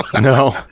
no